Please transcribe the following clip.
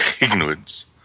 Ignorance